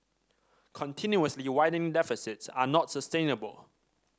continuously widening deficits are not sustainable